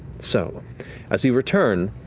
so as you return,